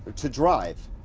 to drive.